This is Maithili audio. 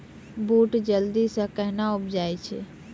बूट जल्दी से कहना उपजाऊ छ?